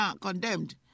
condemned